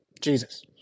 Jesus